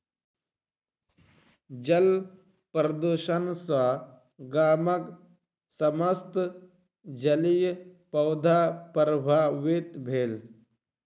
जल प्रदुषण सॅ गामक समस्त जलीय पौधा प्रभावित भेल